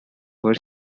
were